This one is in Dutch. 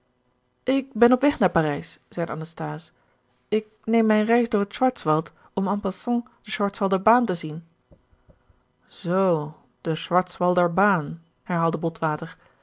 ik ben op weg naar parijs zeide anasthase ik neem mijn reis door het schwarzwald om en passant de schwarzwalder baan te zien zoo de schwarzwalderbaan herhaalde botwater